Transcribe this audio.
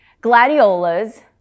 Gladiolas